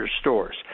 stores